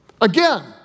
Again